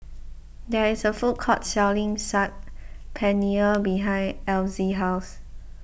there is a food court selling Saag Paneer behind Elzy's house